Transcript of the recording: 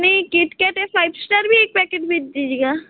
नहीं किटकैट या five star भी एक पैकेट भेज दीजिएगा